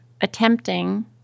attempting